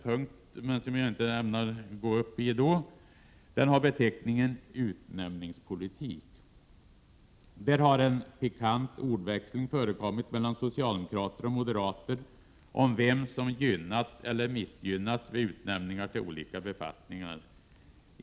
Visserligen har den en särskild punkt, men jag ämnar inte begära ordet under denna. Där har en pikant ordväxling förekommit mellan socialdemokrater och moderater om vem som gynnats eller missgynnats vid utnämningar till olika befattningar.